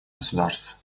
государств